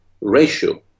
ratio